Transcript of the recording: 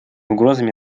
угрозами